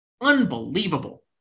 Unbelievable